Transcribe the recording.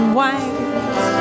white